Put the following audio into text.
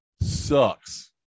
sucks